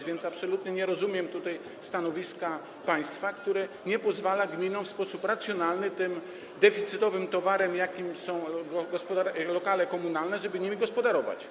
A więc absolutnie nie rozumiem tutaj stanowiska państwa, które nie pozwala gminom w sposób racjonalny tym deficytowym towarem, jakim są lokale komunalne, gospodarować.